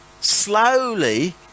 slowly